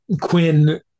Quinn